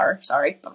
Sorry